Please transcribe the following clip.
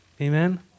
Amen